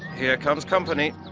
here comes company.